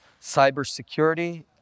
cybersecurity